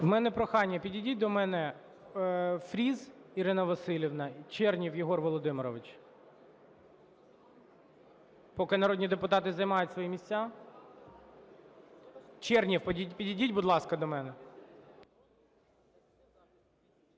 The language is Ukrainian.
У мене прохання: підійдіть до мене Фріз Ірина Василівна, Чернєв Єгор Володимирович, поки народні депутати займають свої місця. Чернєв, підійдіть, будь ласка, до мене.